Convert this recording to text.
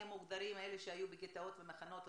אלה שהיו בגטאות ומחנות,